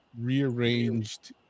rearranged